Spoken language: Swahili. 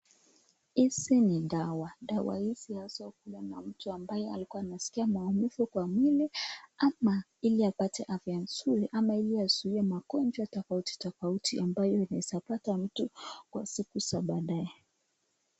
Hizi ni dawa. Dawa hizi haswa utumiwa na mtu ambaye na aliwa anasikia maumivu kwa mwili hili apate afya nzuri ama hili azuie magonjwa tofauti tofautu ambayo inaeza pata mtu kwa siku za baadae.